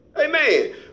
Amen